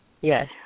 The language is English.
Yes